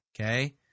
Okay